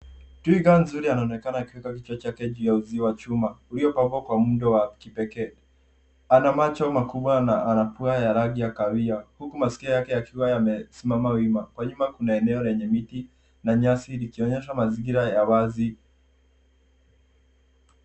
Twiga mzuri anaonekana akiweka kichwa chake juu ya uzio wa chuma ulio pambwa kwa muundo wa kipekee. Ana macho makubwa na anapua ya rangi ya kahawia huku maskio yake yakiwa yamesimama wima. Kwa nyuma kuna eneo lenye miti na nyasi likiwa linaonyesha mazingira ya wazi.